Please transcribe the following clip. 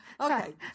okay